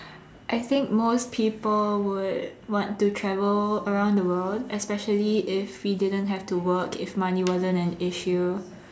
I think most people would want to travel around the world especially if we didn't have to work if money wasn't an issue